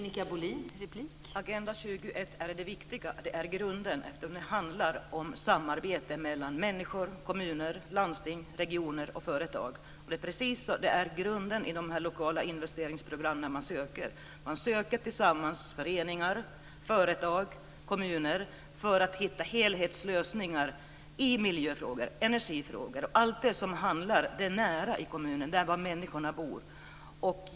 Fru talman! Agenda 21 är grunden, eftersom det handlar om samarbete mellan människor, kommuner, landsting, regioner och företag. Det är precis detta som ligger till grund när man söker pengar från det lokala investeringsprogrammet. Föreningar, företag och kommuner ansöker tillsammans för att hitta helhetslösningar i miljöfrågor, energifrågor och alla frågor som ligger människorna i kommunen nära.